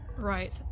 Right